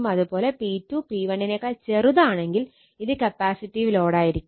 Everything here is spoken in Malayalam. അതുപോലെ P2 P1 ആണെങ്കിൽ ഇത് കപ്പാസിറ്റീവ് ലോഡ് ആയിരിക്കും